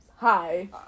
Hi